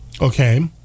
Okay